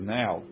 now